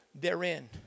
therein